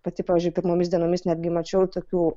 pati pavyzdžiui pirmomis dienomis netgi mačiau tokių